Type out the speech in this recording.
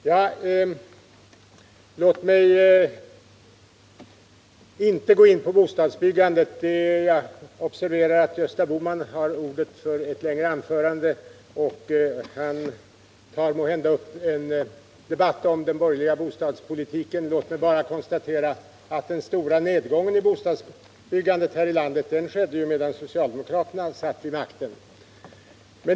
Herr talman! Jag skall inte gå in på frågan om bostadsbyggandet. Jag observerar att Gösta Bohman har ordet för ett längre anförande, och han tar måhända upp en debatt om den borgerliga bostadspolitiken. Låt mig bara konstatera att den stora nedgången i bostadsbyggandet här i landet skedde medan socialdemokraterna satt vid makten.